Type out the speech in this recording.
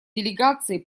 делегации